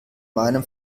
meinem